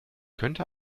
könnte